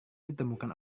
ditemukan